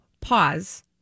Pause